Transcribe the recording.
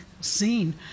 scene